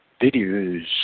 Videos